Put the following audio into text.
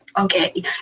Okay